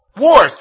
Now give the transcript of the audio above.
Wars